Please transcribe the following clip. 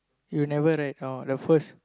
you never write down ah the first